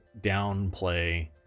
downplay